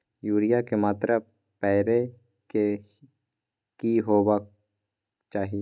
Urea के मात्रा परै के की होबाक चाही?